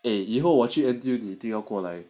eh 以后我去 N_T_U 你一定要过来